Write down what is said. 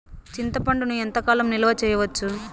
చింతపండును ఎంత కాలం నిలువ చేయవచ్చు?